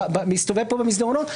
מסתובב פה במסדרונות,